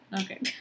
Okay